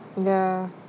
ya